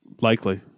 Likely